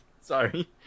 Sorry